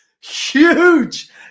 huge